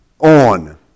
On